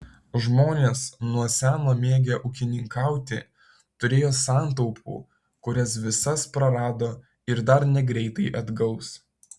žmonės nuo seno mėgę ūkininkauti turėjo santaupų kurias visas prarado ir dar negreitai atgaus